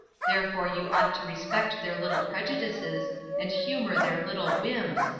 therefore you ought to respect their little prejudices and humor their little whims,